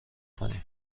کنیم